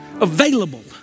available